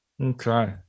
Okay